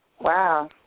Wow